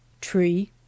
tree